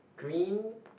green